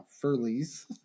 Furley's